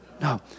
No